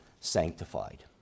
sanctified